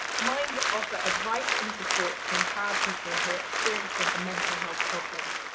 mind offer advice and support to empower people who are experiencing a mental health problem.